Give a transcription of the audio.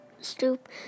stoop